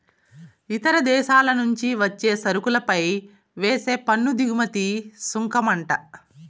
ఇతర దేశాల నుంచి వచ్చే సరుకులపై వేసే పన్ను దిగుమతి సుంకమంట